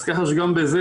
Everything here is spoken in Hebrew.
אז ככה שגם בזה